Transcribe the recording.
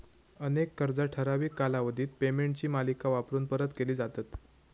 अनेक कर्जा ठराविक कालावधीत पेमेंटची मालिका वापरून परत केली जातत